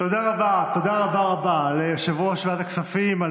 תודה רבה רבה ליושב-ראש ועדת הכספים על